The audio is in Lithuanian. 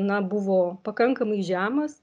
na buvo pakankamai žemas